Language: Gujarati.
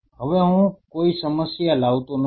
હવે હું કોઈ સમસ્યા લાવતો નથી